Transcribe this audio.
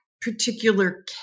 particular